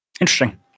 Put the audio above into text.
Interesting